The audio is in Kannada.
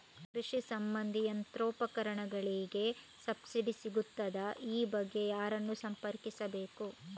ಕೃಷಿ ಸಂಬಂಧಿ ಯಂತ್ರೋಪಕರಣಗಳಿಗೆ ಸಬ್ಸಿಡಿ ಸಿಗುತ್ತದಾ? ಈ ಬಗ್ಗೆ ಯಾರನ್ನು ಸಂಪರ್ಕಿಸಬೇಕು?